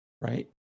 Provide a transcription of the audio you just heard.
right